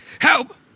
Help